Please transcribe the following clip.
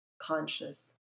conscious